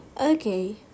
Okay